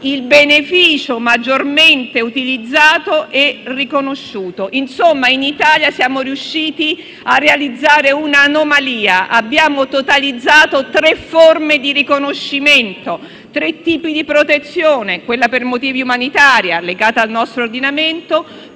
il beneficio maggiormente utilizzato e riconosciuto. Insomma, in Italia siamo riusciti a realizzare un'anomalia. Abbiamo totalizzato tre forme di riconoscimento, tre tipi di protezione: quella per motivi umanitari legata al nostro ordinamento,